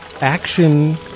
action